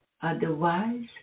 Otherwise